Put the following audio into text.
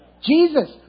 Jesus